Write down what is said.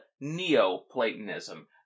Neoplatonism